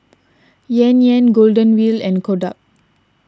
Yan Yan Golden Wheel and Kodak